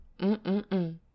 mm-mm-mm